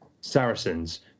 Saracens